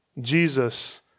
Jesus